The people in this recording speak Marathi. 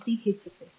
3 हेच असेल